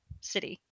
City